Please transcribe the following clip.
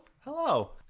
hello